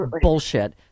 bullshit